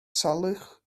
salwch